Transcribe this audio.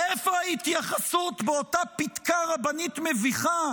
ואיפה ההתייחסות באותה פתקה רבנית מביכה